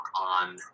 on